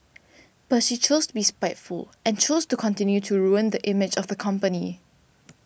but she chose to be spiteful and chose to continue to ruin the image of the company